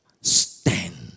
Stand